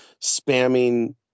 spamming